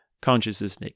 consciousness